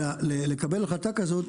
לקבל החלטה כזאת,